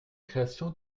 création